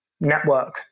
network